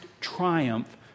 triumph